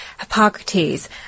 Hippocrates